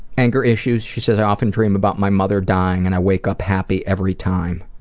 anger issues, she says, i often dream about my mother dying and i wake up happy every time.